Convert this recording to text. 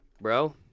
bro